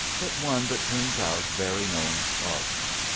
but one that turns out very knowing scholars.